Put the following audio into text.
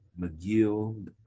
McGill